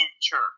church